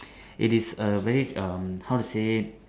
it is a very um how to say